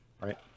right